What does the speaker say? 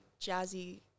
jazzy